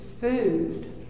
food